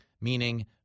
Meaning